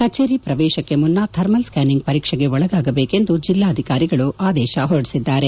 ಕಚೇರಿ ಪ್ರವೇಶಕ್ಷೆ ಮುನ್ನ ಥರ್ಮಲ್ ಸ್ಟಾನಿಂಗ್ ಪರೀಕ್ಷೆಗೆ ಒಳಗಾಗಬೇಕು ಎಂದು ಜಿಲ್ಲಾಧಿಕಾರಿಗಳು ಆದೇಶ ಹೊರಡಿಸಿದ್ದಾರೆ